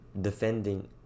defending